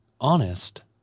honest